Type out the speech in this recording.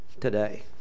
today